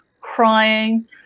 crying